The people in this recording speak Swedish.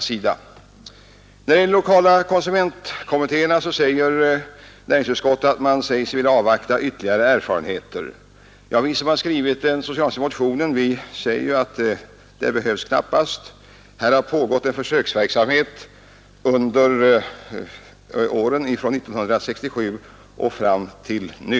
När det gäller de lokala konsumentkommittéerna säger utskottet att man vill avvakta ytterligare erfarenheter. Vi som har skrivit den socialdemokratiska motionen säger att det knappast behövs. Här har pågått en försöksverksamhet från 1967 fram till nu.